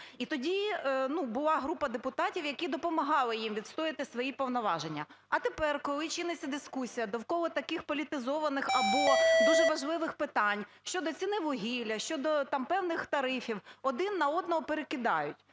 І тоді ну була група депутатів, які допомагали їм відстояти свої повноваження. А тепер, коли чиниться дискусія довкола таких політизованих або дуже важливих питань щодо ціни вугілля, щодо там певних тарифів, один на одного перекидають.